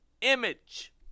image